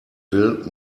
will